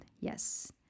Yes